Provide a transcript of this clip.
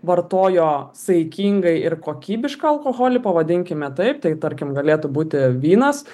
vartojo saikingai ir kokybišką alkoholį pavadinkime taip tai tarkim galėtų būti vynas